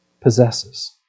possesses